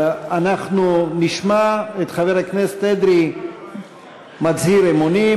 אנחנו נשמע את חבר הכנסת אדרי מצהיר אמונים.